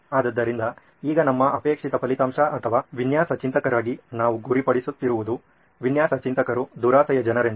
ಆದ್ದರಿಂದ ಈಗ ನಮ್ಮ ಅಪೇಕ್ಷಿತ ಫಲಿತಾಂಶ ಅಥವಾ ವಿನ್ಯಾಸ ಚಿಂತಕರಾಗಿ ನಾವು ಗುರಿಪಡಿಸುತ್ತಿರುವುದು ವಿನ್ಯಾಸ ಚಿಂತಕರು ದುರಾಸೆಯ ಜನರೆಂದು